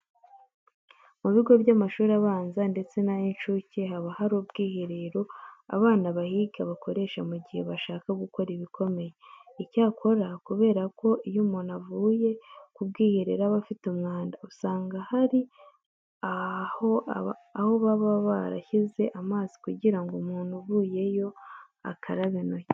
Mu bigo by'amashuri abanza ndetse n'ay'incuke haba hari ubwiherero abana bahiga bakoresha mu gihe bashaka gukora ibikomeye. Icyakora kubera ko iyo umuntu avuye ku bwiherero aba afite umwanda, usanga hari aho baba barashyize amazi kugira ngo umuntu uvuyemo akarabe intoki.